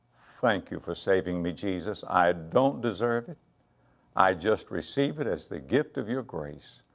thank you for saving me, jesus. i don't deserve it i just receive it as the gift of your grace.